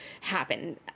happen